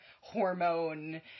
hormone